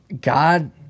God